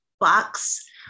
box